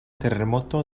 terremoto